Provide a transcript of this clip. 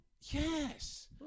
Yes